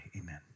Amen